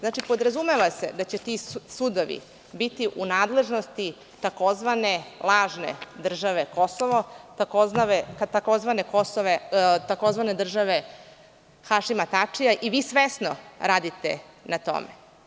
Znači, podrazumeva se da će ti sudovi biti u nadležnosti tzv. lažne države Kosovo, tzv. države Hašima Tačija, i vi svesno radite na tome.